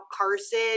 carson